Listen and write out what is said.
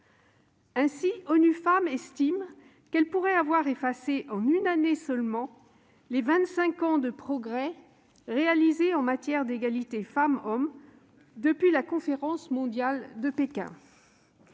Ainsi, ONU Femmes estime qu'elle pourrait avoir effacé, en une année seulement, les vingt-cinq ans de progrès réalisés en matière d'égalité entre les femmes et les hommes depuis la Conférence mondiale de Pékin.